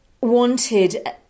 Wanted